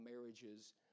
marriages